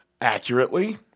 accurately